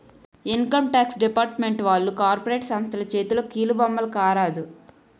income tax department వాళ్లు corporate సంస్థల చేతిలో కీలుబొమ్మల కారాదు